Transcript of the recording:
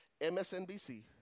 MSNBC